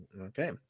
Okay